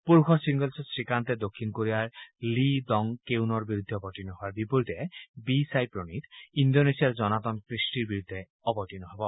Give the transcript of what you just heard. পূৰুযৰ ছিংগলছত শ্ৰীকান্তে দক্ষিণ কোৰিয়াৰ লী ডং কেউনৰ বিৰুদ্ধে অৱতীৰ্ণ হোৱাৰ বিপৰীতে বি ছাই প্ৰণীথে ইণ্ডোনেছিয়াৰ জনাতন ক্ৰিষ্টিৰ বিৰুদ্ধে অৱতীৰ্ণ হ'ব